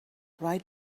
right